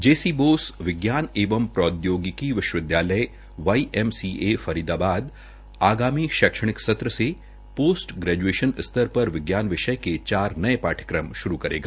जेसी बोस विज्ञान एवं प्रौद्योगिकी विश्वविद्यालय वाईएमसीए फरीदाबाद आगामी शैक्षणिक सत्र से पोस्ट ग्रेजुएशन स्तर पर विज्ञान विषय के चार नये पाठ्यक्रम शुरू करेगी